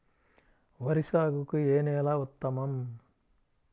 వరి సాగుకు ఏ నేల ఉత్తమం?